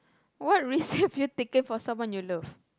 what risk have you taken for someone you love